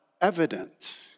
evident